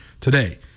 today